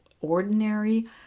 ordinary